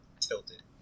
tilted